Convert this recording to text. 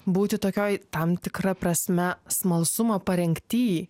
būti tokioj tam tikra prasme smalsumo parengty